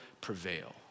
prevail